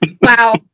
Wow